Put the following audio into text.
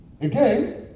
Again